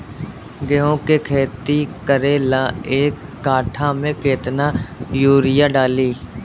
गेहूं के खेती करे ला एक काठा में केतना युरीयाँ डाली?